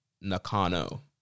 Nakano